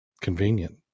convenient